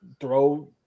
throw